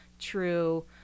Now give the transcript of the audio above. true